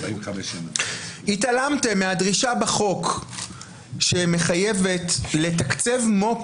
התעלמתם מהדרישה בחוק שמחייבת לתקצב מו"פ